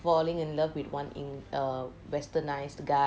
falling in love with one in err westernised guy